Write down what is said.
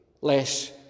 less